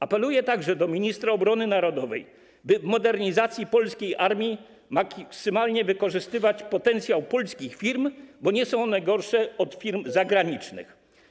Apeluję także do ministra obrony narodowej, by w modernizacji polskiej armii maksymalnie wykorzystywać potencjał polskich firm, bo nie są one gorsze od firm zagranicznych.